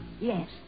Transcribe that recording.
Yes